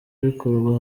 bikorwa